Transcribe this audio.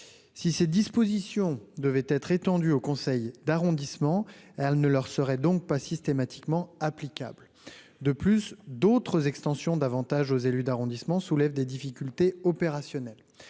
si ces dispositions devaient être étendue au conseil d'arrondissement, elle ne leur serait donc pas systématiquement applicable de plus d'autres extensions davantage aux élus d'arrondissement soulève des difficultés opérationnelles